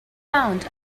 bound